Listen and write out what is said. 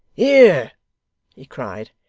here he cried,